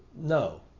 no